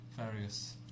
various